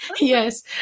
yes